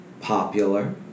popular